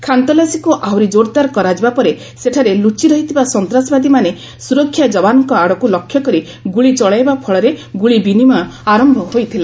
ଖାନ୍ତଲାସୀକୁ ଆହୁରି କୋର୍ଦାର କରାଯିବା ପରେ ସେଠାରେ ଲୁଚିରହିଥିବା ସନ୍ତାସବାଦୀମାନେ ସ୍ରରକ୍ଷା ଯବାନ୍ଙ୍କ ଆଡ଼କୁ ଲକ୍ଷ୍ୟ କରି ଗୁଳି ଚଳାଇବା ଫଳରେ ଗୁଳି ବିନିମୟ ଆରମ୍ଭ ହୋଇଥିଲା